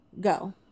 Go